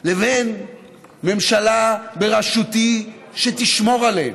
לבין ממשלה בראשותי שתשמור עליהם,